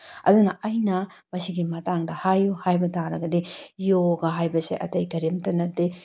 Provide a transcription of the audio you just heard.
ꯑꯗꯨꯅ ꯑꯩꯅ ꯃꯁꯤꯒꯤ ꯃꯇꯥꯡꯗ ꯍꯥꯏꯌꯨ ꯍꯥꯏꯕ ꯇꯔꯒꯗꯤ ꯌꯣꯒ ꯍꯥꯏꯕꯁꯦ ꯑꯇꯩ ꯀꯔꯤꯝꯇ ꯅꯠꯇꯦ